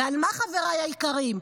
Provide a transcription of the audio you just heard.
ועל מה, חבריי היקרים?